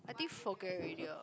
I think forget already lah